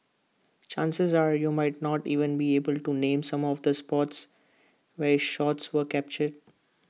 chances are you might not even be able to name some of the spots where shots were captured